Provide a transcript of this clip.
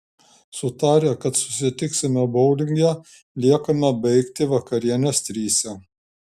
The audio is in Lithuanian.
sutarę kad susitiksime boulinge liekame baigti vakarienės trise